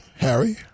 Harry